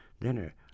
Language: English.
dinner